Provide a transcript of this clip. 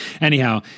anyhow